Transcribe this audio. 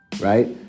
right